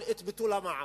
על ביטול המע"מ,